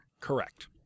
Correct